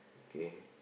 K